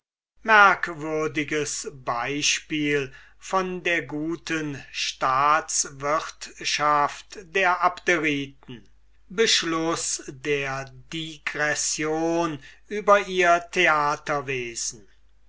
merkwürdiges beispiel von der guten staatswirtschaft der abderiten beschluß der digression über ihr